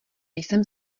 jsem